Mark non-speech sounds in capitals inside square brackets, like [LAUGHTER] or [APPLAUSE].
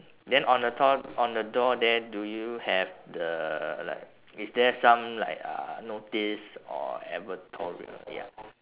then on the door on the door there do you have the like [NOISE] is there some like uh notice or advertorial ya